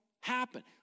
happen